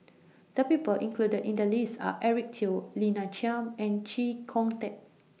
The People included in The list Are Eric Teo Lina Chiam and Chee Kong Tet